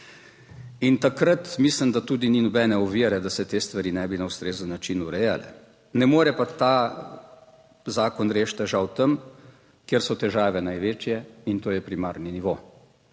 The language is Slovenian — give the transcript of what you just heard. In takrat mislim, da tudi ni nobene ovire, da se te stvari ne bi na ustrezen način urejale. Ne more pa ta zakon rešiti težav tam, kjer so težave največje in to je primarni nivo.